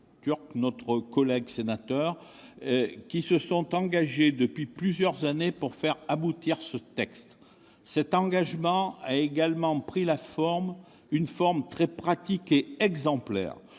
ancien collègue Alex Türk, qui se sont engagés depuis plusieurs années pour faire aboutir ce texte. Cet engagement a également pris une forme très pratique et exemplaire